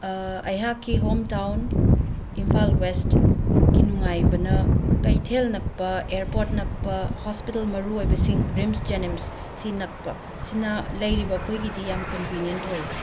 ꯑꯩꯍꯥꯛꯀꯤ ꯍꯣꯝꯇꯥꯎꯟ ꯏꯝꯐꯥꯜ ꯋꯦꯁꯠꯀꯤ ꯅꯨꯡꯉꯥꯏꯕꯅ ꯀꯩꯊꯦꯜ ꯅꯛꯄ ꯑꯦꯔꯄꯣꯠ ꯅꯛꯄ ꯍꯣꯁꯄꯤꯇꯜ ꯃꯔꯨꯑꯣꯏꯕꯁꯤꯡ ꯔꯤꯝꯁ ꯖꯦꯅꯤꯝꯁꯁꯤ ꯅꯛꯄ ꯁꯤꯅ ꯂꯩꯔꯤꯕ ꯑꯩꯈꯣꯏꯒꯤꯗꯤ ꯌꯥꯝ ꯀꯟꯕꯤꯅ꯭ꯌꯦꯟꯠ ꯑꯣꯏꯌꯦ